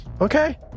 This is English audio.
okay